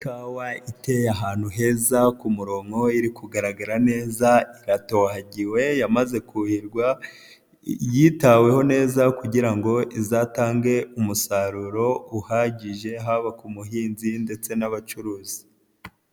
Ikawa iteye ahantu heza ku murongo iri kugaragara neza iratohagiwe yamaze kuhirwa, yitaweho neza kugira ngo izatange umusaruro uhagije haba ku muhinzi ndetse n'abacuruzi.